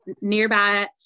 nearby